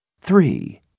Three